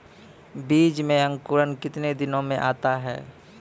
बीज मे अंकुरण कितने दिनों मे आता हैं?